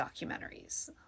documentaries